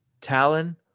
Talon